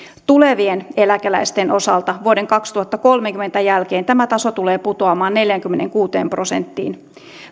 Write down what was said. tulevien eläkeläisten osalta vuoden kaksituhattakolmekymmentä jälkeen tämä taso tulee putoamaan neljäänkymmeneenkuuteen prosenttiin